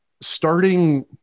starting